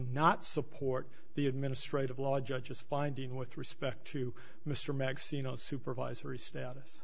not support the administrative law judge is finding with respect to mr maxie no supervisory status